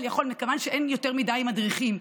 מכיוון שאין יותר מדי מדריכים,